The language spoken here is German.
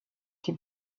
die